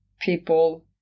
people